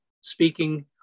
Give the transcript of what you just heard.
speaking